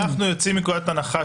אנחנו יוצאים מנקודת הנחה